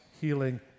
healing